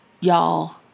y'all